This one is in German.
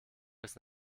bis